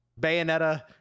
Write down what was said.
Bayonetta